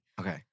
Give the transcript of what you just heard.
okay